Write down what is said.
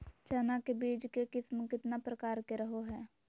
चना के बीज के किस्म कितना प्रकार के रहो हय?